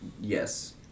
Yes